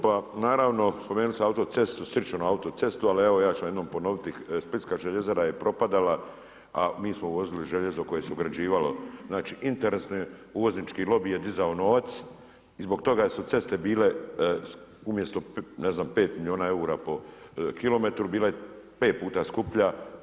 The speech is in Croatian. Pa naravno spomenuli ste autocestu, … autocestu ali evo ja ću vam jednom ponoviti splitska Željezara je propadala a mi smo uvozili željezo koje se ugrađivalo, znači interesni uvoznički lobij je dizao novac i zbog toga su ceste bile umjesto ne znam 5 milijuna eura po kilometru bila je 5 puta skuplja.